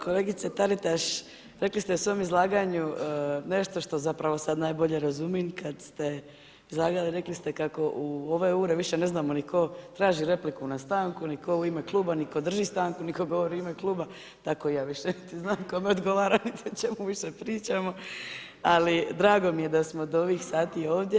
Kolegice Taritaš, rekli ste u svom izlaganju, nešto što zapravo sad najbolje razumijem, kad ste izlagali, rekli ste kako u ove ure više ne znamo ni tko traži replike na stanku, ni ko u ime kluba, ni tko drži stanku, ni tko govori u ime kluba, tako ni ja više ne znam kome odgovorim niti o čemu više pričamo, ali drago mi je da smo do ovih sati ovdje.